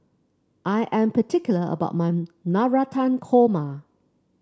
I am particular about mun Navratan Korma